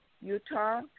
Utah